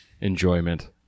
enjoyment